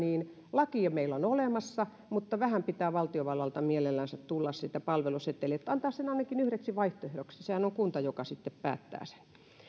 lakeja meillä on olemassa mutta vähän pitää valtiovallalta mielellänsä tulla sitä palveluseteliä että antaa sen ainakin yhdeksi vaihtoehdoksi sehän on kunta joka sitten päättää sen